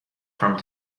from